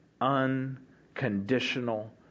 unconditional